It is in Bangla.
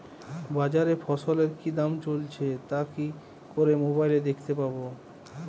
বাজারে ফসলের কি দাম চলছে তা কি করে মোবাইলে দেখতে পাবো?